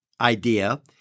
idea